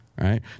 right